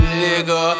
nigga